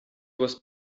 was